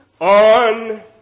On